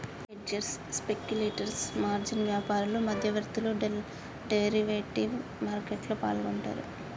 hedgers, speculators, margin వ్యాపారులు, మధ్యవర్తులు derivative మార్కెట్లో పాల్గొంటరు